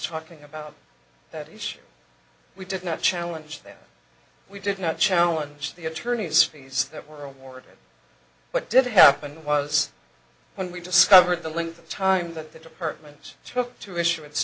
talking about that issue we did not challenge them we did not challenge the attorney's fees that world war two what did happen was when we discovered the length of time that the department took to issue it